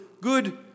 good